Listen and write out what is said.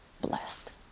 blessed